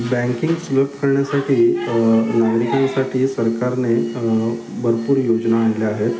banking सुलभ करण्यासाठी नागरिकांसाठी सरकारने भरपूर योजना आल्या आहेत